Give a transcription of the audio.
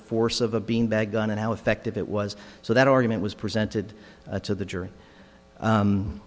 force of a beanbag gun and how effective it was so that argument was presented to the jury